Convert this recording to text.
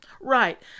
Right